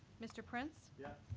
mr. prince? yes.